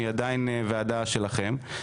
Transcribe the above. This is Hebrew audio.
היא עדיין ועדה שלכם.